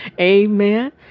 Amen